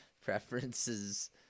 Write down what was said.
preferences